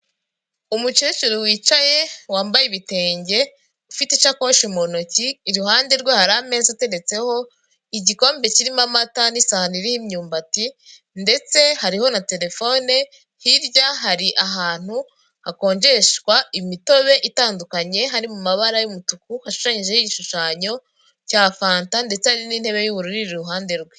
Umukecuru wicaye, wambaye ibitenge ufite ishakoshi mu ntoki, iruhande rwe hari ameza ateretseho igikombe kirimo amata n'isahani iriho imyumbati ndetse hariho na terefone, hirya hari ahantu hakonjeshwa imitobe itandukanye hari mu mabara y'umutuku hashushanyijeho igishushanyo cya fanta ndetse n'indi ntebe y'uburu iri iruhande rwe.